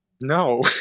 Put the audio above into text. No